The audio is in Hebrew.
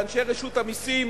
לאנשי רשות המסים,